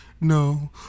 No